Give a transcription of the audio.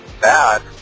bad